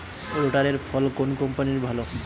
রোটারের ফল কোন কম্পানির ভালো?